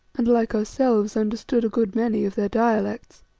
and like ourselves, understood a good many of their.